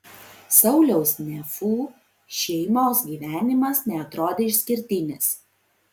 sauliaus nefų šeimos gyvenimas neatrodė išskirtinis